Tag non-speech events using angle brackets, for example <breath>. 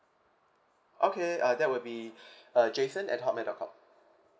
okay uh that will be <breath> uh jason at hotmail dot com